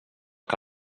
que